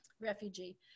refugee